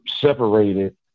separated